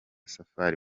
safari